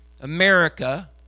America